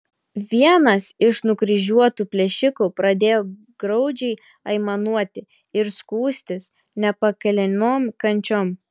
vienas iš nukryžiuotų plėšikų pradėjo graudžiai aimanuoti ir skųstis nepakeliamom kančiom